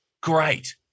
Great